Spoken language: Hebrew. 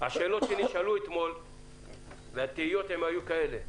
השאלות שנשאלו אתמול והתהיות היו כאלה: